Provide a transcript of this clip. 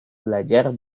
belajar